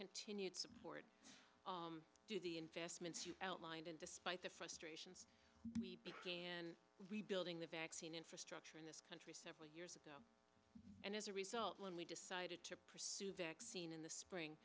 continued support to the investments you outlined and despite the frustrations in rebuilding the vaccine infrastructure in this country several years ago and as a result when we decided to pursue vaccine in the spring